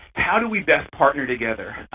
how do we best partner together,